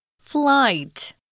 Flight